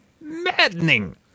Maddening